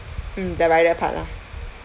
mm the rider part lah